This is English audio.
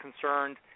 concerned